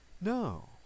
No